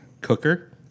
cooker